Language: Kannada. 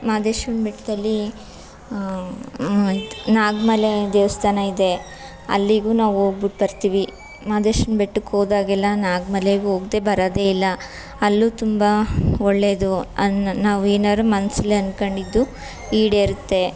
ಮಾದೇಶ್ವರನ ಬೆಟ್ಟದಲ್ಲಿ ನಾಗಮಲೆ ದೇವಸ್ಥಾನ ಇದೆ ಅಲ್ಲಿಗೂ ನಾವು ಹೋಗ್ಬಿಟ್ಟು ಬರ್ತೀವಿ ಮಾದೇಶ್ವರನ ಬೆಟ್ಟಕ್ಕೆ ಹೋದಾಗೆಲ್ಲಾ ನಾಗ್ಮಲೆಗೆ ಹೋಗ್ದೇ ಬರೋದೇ ಇಲ್ಲ ಅಲ್ಲೂ ತುಂಬ ಒಳ್ಳೆಯದು ಅಲ್ಲಿ ನಾವೇನಾದ್ರು ಮನಸಲ್ಲಿ ಅಂದ್ಕೊಂಡಿದ್ದು ಈಡೇರುತ್ತೆ